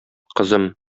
кызым